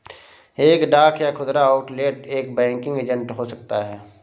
एक डाक या खुदरा आउटलेट एक बैंकिंग एजेंट हो सकता है